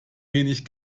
wenig